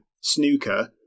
snooker